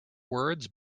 words